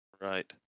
Right